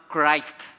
Christ